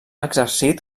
exercit